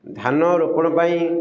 ଧାନ ରୋପଣ ପାଇଁ